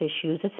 issues